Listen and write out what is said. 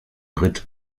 ritt